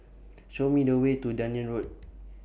Show Me The Way to Dunearn Road